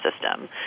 system